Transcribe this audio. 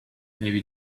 maybe